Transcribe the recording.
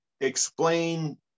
explain